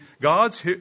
God's